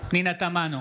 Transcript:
פנינה תמנו,